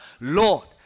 Lord